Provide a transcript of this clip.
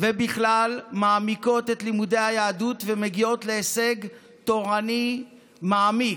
ובכלל מעמיקות את לימודי היהדות ומגיעות להישג תורני מעמיק.